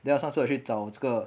then 我上次有去找这个